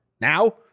Now